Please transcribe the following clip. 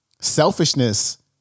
Selfishness